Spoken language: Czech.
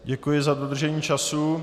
Děkuji za dodržení času.